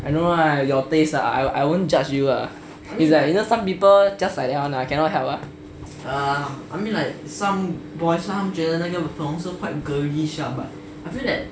I know lah your taste lah I won't judge you lah is like you know some people just like that one ah I cannot help lah